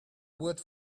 word